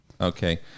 Okay